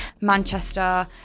Manchester